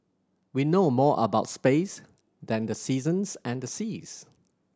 we know more about space than the seasons and the seas